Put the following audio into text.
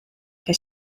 que